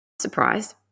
surprised